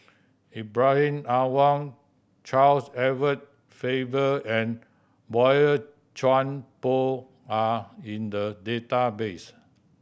Ibrahim Awang Charles Edward Faber and Boey Chuan Poh are in the database